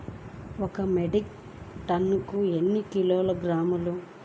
ఒక మెట్రిక్ టన్నుకు ఎన్ని కిలోగ్రాములు?